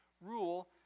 rule